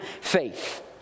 faith